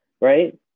right